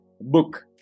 book